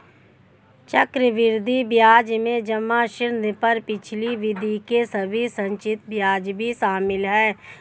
चक्रवृद्धि ब्याज में जमा ऋण पर पिछली अवधि के सभी संचित ब्याज भी शामिल हैं